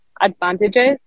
advantages